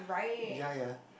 ya ya